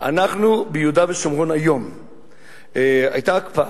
ביהודה ושומרון היתה הקפאה.